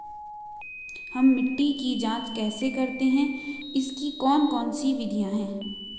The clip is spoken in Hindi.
हम मिट्टी की जांच कैसे करते हैं इसकी कौन कौन सी विधियाँ है?